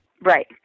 Right